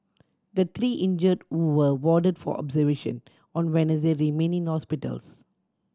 the three injured who were warded for observation on Wednesday remain in hospitals